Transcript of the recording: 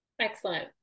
Excellent